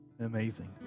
amazing